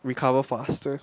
recover faster